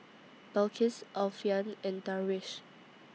Balqis Alfian and Darwish